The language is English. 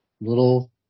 little